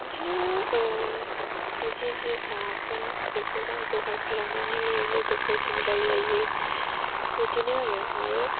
बिदिनो एसे एसे जागोन बेखौ आं जगार खालामनानै लोगोफोरजों रायलायो बिदिनो आरो आरो